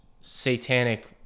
satanic